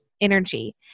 energy